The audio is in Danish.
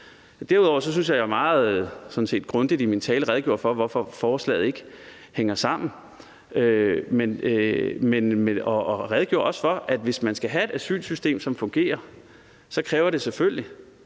Derudover synes jeg sådan set, at jeg meget grundigt i min tale redegjorde for, hvorfor forslaget ikke hænger sammen. Jeg redegjorde også for, at hvis man skal have et asylsystem, som fungerer, kræver det selvfølgelig,